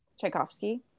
Tchaikovsky